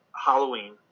Halloween